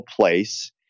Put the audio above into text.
place